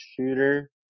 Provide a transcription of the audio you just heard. shooter